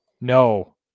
No